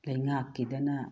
ꯂꯩꯉꯥꯛꯀꯤꯗꯅ